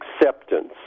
acceptance